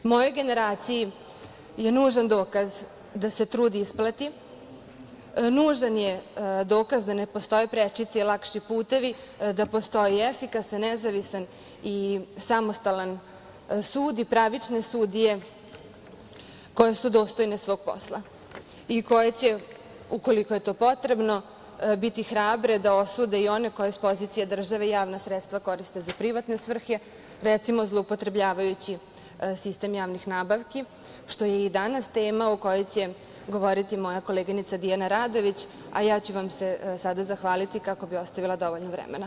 Mojoj generaciji je nužan dokaz da se trud isplati, nužan je dokaz da ne postoje prečice i lakši putevi, da postoji efikasan, nezavistan i samostalan sud i pravične sudije koje su dostojne svog posla i koje će, ukoliko je to potrebno, biti hrabre da osude i one koji s pozicije države javna sredstva koriste za privatne svrhe, recimo, zloupotrebljavajući sistem javnih nabavki, što je i danas tema o kojoj će govoriti moja koleginica Dijana Radović, a ja ću vam se sada zahvaliti, kako bih ostavila dovoljno vremena.